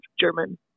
German